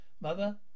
Mother